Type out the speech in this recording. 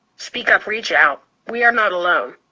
speak up, reach out, we are not alone.